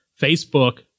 Facebook